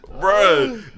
Bro